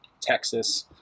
Texas